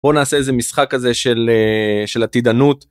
בוא נעשה איזה משחק כזה של אה... של עתידנות.